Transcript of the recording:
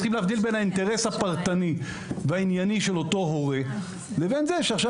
צריך להבדיל בין האינטרס הפרטני והענייני של אותו הורה לבין זה שעכשיו